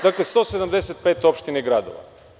Dakle, 175 opština i gradova.